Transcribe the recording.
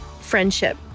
friendship